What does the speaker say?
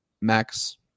Max